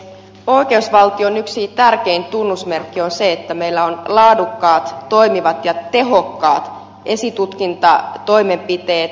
oikeusvaltion yksi tärkein tunnusmerkki on se että meillä on laadukkaat toimivat ja tehokkaat esitutkintatoimenpiteet syyttäjä ja tuomioistuin